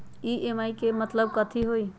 EMI के मतलब कथी होई?